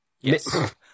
Yes